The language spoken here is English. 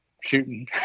shooting